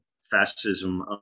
Fascism